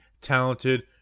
talented